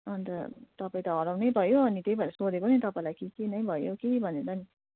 अनि त तपाईँ त हराउनु नै भयो अनि त्यही भएर सोधेको नि तपाईँलाई कि के नै भयो कि भनेर नि